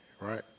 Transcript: right